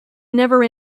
never